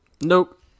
Nope